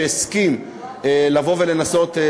שהסכים לבוא ולנסות,